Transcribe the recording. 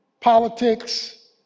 politics